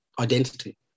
identity